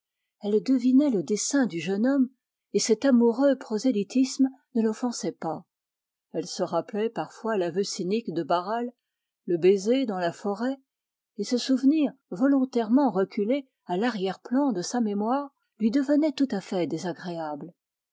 elle devinait le dessein du jeune homme et cet amoureux prosélytisme ne l'offensait pas elle se rappelait parfois l'aveu cynique de barral le baiser dans la forêt et ce souvenir volontairement reculé à l'arrière-plan de sa mémoire lui devenait tout à fait désagréable